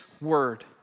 word